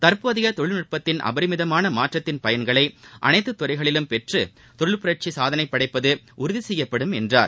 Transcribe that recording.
தற்போதைய தொழில் நட்பத்தின் அபரிமிதமான மாற்றத்தின் பயன்களை அனைத்து துறைகளிலும் பெற்று தொழில் புரட்சி சாதனை படைப்பது உறுதி செய்யப்படும் என்றார்